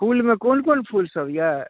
फुलमे कोन कोन फुल सब यऽ